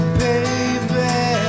baby